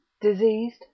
diseased